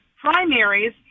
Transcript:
primaries